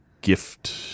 gift